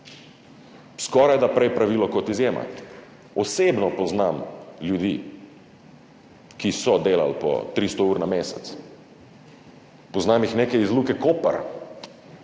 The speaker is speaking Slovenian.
skorajda prej pravilo kot izjema. Osebno poznam ljudi, ki so delali po 300 ur na mesec. Poznam jih nekaj iz Luke Koper,